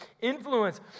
influence